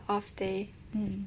off day mm